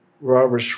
Robert